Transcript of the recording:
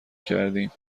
کردیم